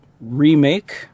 remake